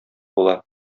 була